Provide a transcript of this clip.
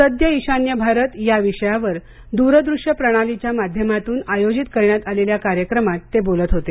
सद्य ईशान्य भारत या विषयावर द्रदृष्य प्रणालीच्या माध्यमातून आयोजित करण्यात आलेल्या कार्यक्रमात ते बोलत होते